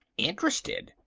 interested!